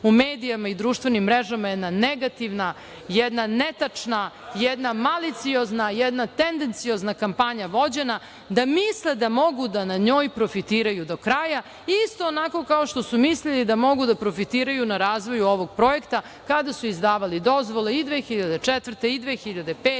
u medijima i na društvenim mrežama jedna negativna, jedna netačna, jedna maliciozna, jedna tendenciozna kampanja vođena da misle da mogu da na njoj profitiraju do kraja isto onako kao što su mislili da mogu da profitiraju na razvoju ovog projekta kada su izdavali dozvole i 2004. godine,